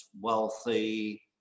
wealthy